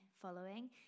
following